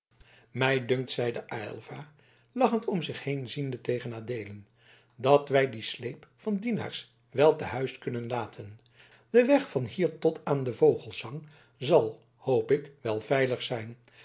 mij dunkt zeide aylva lachend om zich heen ziende tegen adeelen dat wij dien sleep van dienaars wel te huis kunnen laten de weg van hier tot aan de vogelesang zal hoop ik wel veilig zijn